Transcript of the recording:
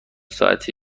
ساعت